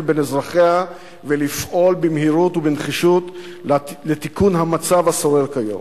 בין אזרחיה ולפעול במהירות ובנחישות לתיקון המצב השורר כיום.